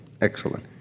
Excellent